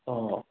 ꯑꯣ ꯑꯣ